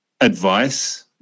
advice